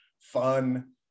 fun